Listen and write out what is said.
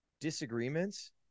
disagreements